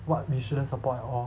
what we shouldn't support at all